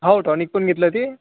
हो टॉनिक पण घेतलं ते